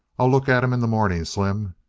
i'll look at em in the morning, slim.